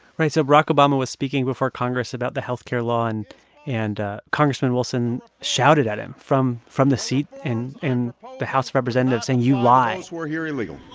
right. so barack obama was speaking before congress about the health care law. and and ah congressman wilson shouted at him from from the seat in in the house of representatives saying, you lie who are here illegally.